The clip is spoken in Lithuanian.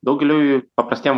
daugeliui paprastiem